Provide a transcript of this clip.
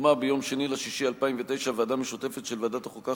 הוקמה ביום 2 ביוני 2009 ועדה משותפת של ועדת החוקה,